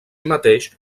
mateix